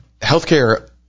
healthcare